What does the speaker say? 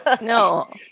No